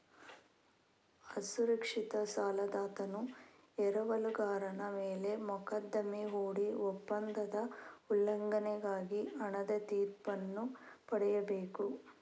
ಅಸುರಕ್ಷಿತ ಸಾಲದಾತನು ಎರವಲುಗಾರನ ಮೇಲೆ ಮೊಕದ್ದಮೆ ಹೂಡಿ ಒಪ್ಪಂದದ ಉಲ್ಲಂಘನೆಗಾಗಿ ಹಣದ ತೀರ್ಪನ್ನು ಪಡೆಯಬೇಕು